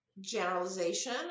generalization